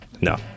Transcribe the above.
No